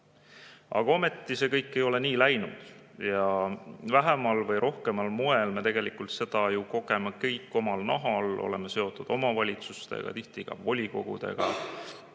Aga ometi ei ole see kõik nii läinud. Vähemal või rohkemal moel me tegelikult kogeme seda ju kõik omal nahal, oleme seotud omavalitsustega, tihti ka volikogudega,